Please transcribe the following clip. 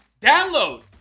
download